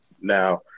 Now